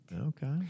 Okay